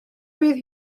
fydd